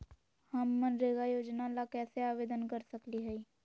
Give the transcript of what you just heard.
हम मनरेगा योजना ला कैसे आवेदन कर सकली हई?